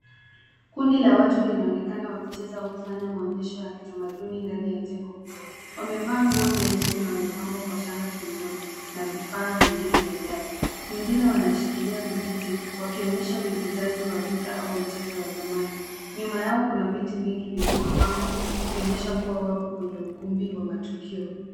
Kundi la watu linaonekana wakicheza au kufanya maonyesho ya kitamaduni ndani ya jengo kubwa. Wamevaa nguo nyeusi na wamepambwa kwa shanga shingoni, na vifaa vingine vya jadi. Wengine wanashikilia vijiti, wakionyesha uigizaji wa vita au mchezo ya zamani. Nyuma yao kuna vitu vingi vilivyopangwa, ikionyesha kuwa wapo kwenye ukumbi wa matukio.